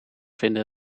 vinden